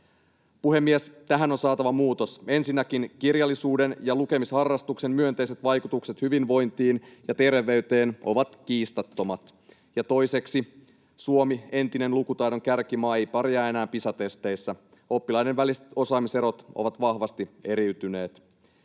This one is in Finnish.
Puhemies! Tähän on saatava muutos. Ensinnäkin kirjallisuuden ja lukemisharrastuksen myönteiset vaikutukset hyvinvointiin ja terveyteen ovat kiistattomat, ja toiseksi Suomi, entinen lukutaidon kärkimaa, ei pärjää enää Pisa-testeissä. Oppilaiden väliset osaamiserot ovat vahvasti eriytyneet.